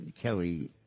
Kelly